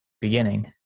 beginning